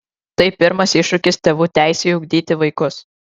tai pirmas iššūkis tėvų teisei ugdyti vaikus